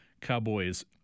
Cowboys